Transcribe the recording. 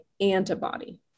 antibody